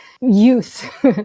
youth